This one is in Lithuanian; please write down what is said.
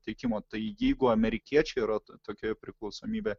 tiekimo taigi jeigu amerikiečiai yra tokioje priklausomybė